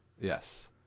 Yes